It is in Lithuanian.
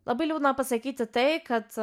labai liūdna pasakyti tai kad